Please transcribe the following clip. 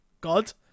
God